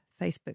Facebook